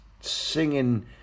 singing